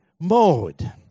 mode